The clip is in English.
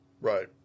Right